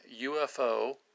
UFO